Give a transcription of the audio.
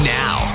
now